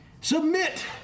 submit